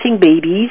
babies